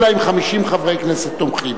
אלא אם כן 50 חברי כנסת תומכים.